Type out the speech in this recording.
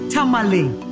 Tamale